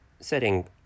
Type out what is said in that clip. Setting